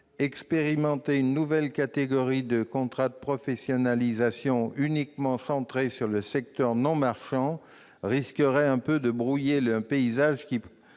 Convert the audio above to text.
expérimenter une nouvelle catégorie de contrats de professionnalisation, uniquement centrée sur le secteur non marchand, risquerait de brouiller un paysage qui